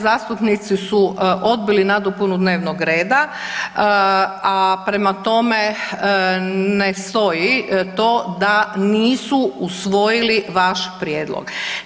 Zastupnici su odbili nadopunu dnevnog reda, a prema tome, ne stoji to da nisu usvojili vaš prijedlog.